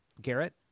garrett